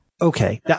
Okay